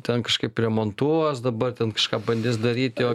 ten kažkaip remontuos dabar ten kažką bandys daryti o